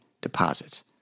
deposits